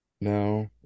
no